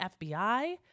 FBI